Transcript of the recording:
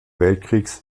weltkriegs